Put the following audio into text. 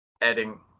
adding